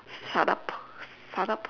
shut up shut up